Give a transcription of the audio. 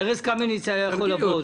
--- ארץ קמיניץ היה יכול לבוא.